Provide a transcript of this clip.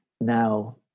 now